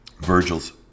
Virgil's